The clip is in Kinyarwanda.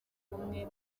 umwe